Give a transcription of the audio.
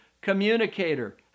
communicator